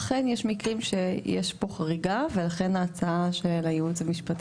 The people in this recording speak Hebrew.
אכן יש מקרים שבהם יש חריגה ולכן ההצעה של היועץ המשפטי